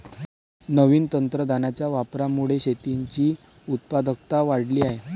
नवीन तंत्रज्ञानाच्या वापरामुळे शेतीची उत्पादकता वाढली आहे